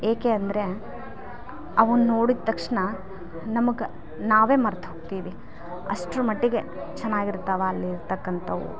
ಏಕೆ ಅಂದರೆ ಅವನ್ನ ನೋಡಿದ ತಕ್ಷಣ ನಮ್ಗೆ ನಾವೇ ಮರ್ತು ಹೋಗ್ತೀವಿ ಅಷ್ಟ್ರ ಮಟ್ಟಿಗೆ ಚೆನ್ನಾಗಿರ್ತವ ಅಲ್ಲಿರತಕ್ಕಂಥವು